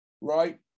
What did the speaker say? right